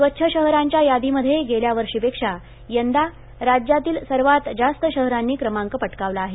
स्वच्छ शहरांच्या यादीमध्ये गेल्या वर्षीपेक्षा यंदा राज्यातील सर्वात जास्त शहरांनी क्रमांक पटकविला आहे